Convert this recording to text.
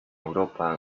europa